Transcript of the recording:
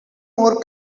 more